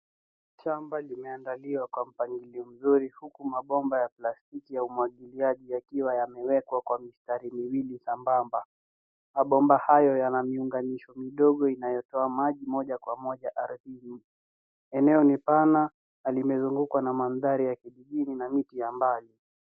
Shamba limeandaliwa kwa mpangilio mzuri huku mabomba ya plastiki ya umwagiliaji yakiwa yamewekwa kwa mistari miwili sambamba. Mabomba hayo yanamiunganisho midogo inayotoa maji moja kwa moja ardhini. Eneo ni pana na limezungukwa na mandhari ya kijijini na miti ya mbali.